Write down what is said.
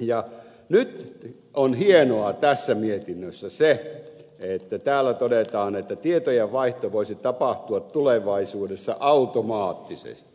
ja nyt on hienoa tässä mietinnössä se että täällä todetaan että tietojenvaihto voisi tapahtua tulevaisuudessa automaattisesti